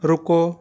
ਰੁਕੋ